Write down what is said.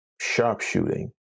sharpshooting